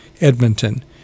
Edmonton